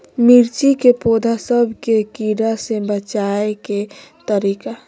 मिर्ची के पौधा सब के कीड़ा से बचाय के तरीका?